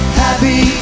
happy